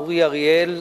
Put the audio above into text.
אורי אריאל,